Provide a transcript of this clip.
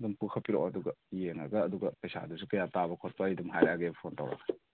ꯑꯗꯨꯝ ꯄꯨꯈꯠꯄꯤꯔꯛꯑꯣ ꯑꯗꯨꯒ ꯌꯦꯡꯉꯒ ꯑꯗꯨꯒ ꯄꯩꯁꯥꯗꯨꯁꯨ ꯀꯌꯥ ꯇꯥꯕ ꯈꯣꯠꯄ ꯑꯗꯨꯝ ꯍꯥꯏꯔꯛꯑꯒꯦ ꯐꯣꯟ ꯇꯧꯔꯒ